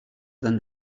than